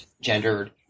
gendered